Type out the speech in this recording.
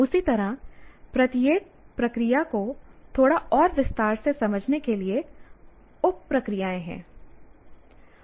उसी तरह प्रत्येक प्रक्रिया को थोड़ा और विस्तार से समझने के लिए उप प्रक्रियाएं हैं